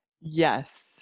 Yes